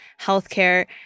healthcare